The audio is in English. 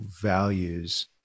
values